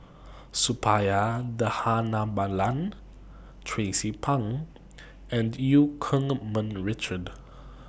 Suppiah Dhanabalan Tracie Pang and EU Keng Mun Richard